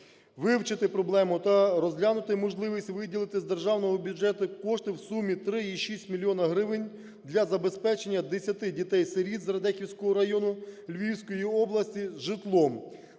вивчити проблему та розглянути можливість виділити з державного бюджету кошти в сумі 3,6 мільйона гривень для забезпечення десяти дітей-сиріт з Радехівського району Львівської області житлом.